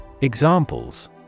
Examples